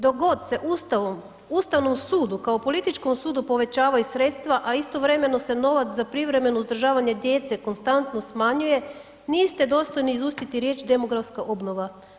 Dok god se Ustavnom, Ustavnom sudu kao političkom sudu povećavaju sredstva, a istovremeno se novac za privremeno uzdržavanje djece konstantno smanjuje, niste dostojni izustiti riječ demografska obnova.